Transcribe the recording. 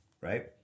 right